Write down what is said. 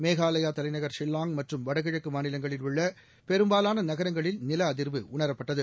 மேகாலயா தலைநகர் ஷில்லாங் மற்றும் வடகிழக்கு மாநிலங்களில் உள்ள பெரும்பாவான நகரங்களில் நிலஅதிர்வு உணரப்பட்டது